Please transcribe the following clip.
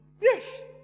Yes